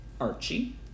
Archie